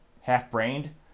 half-brained